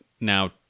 now